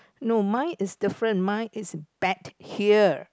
no mine is different mine is bet here